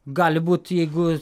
gali būt jeigu